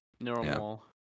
normal